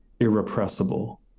irrepressible